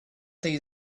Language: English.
they